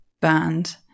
banned